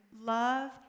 love